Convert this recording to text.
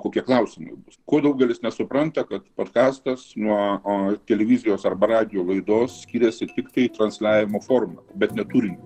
kokie klausimai bus ko daugelis nesupranta kad podkastas nuo televizijos arba radijo laidos skiriasi tiktai transliavimo forma bet ne turiniu